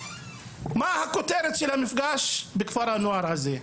מה הכותרת של המפגש בכפר הנוער הזה?